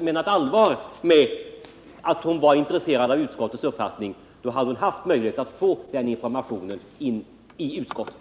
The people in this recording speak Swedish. menat allvar med att hon var intresserad av att få veta vilken uppfattning utskottet hade, hade hon haft möjlighet att få den informationen i utskottet.